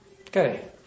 Okay